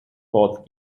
fourth